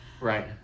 Right